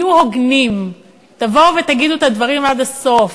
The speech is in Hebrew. תהיו הוגנים, תבואו ותגידו את הדברים עד הסוף,